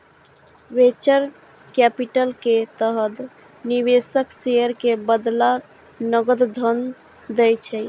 venture capital के तहत निवेशक शेयर के बदला नकद धन दै छै